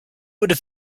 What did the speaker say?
would